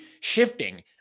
shifting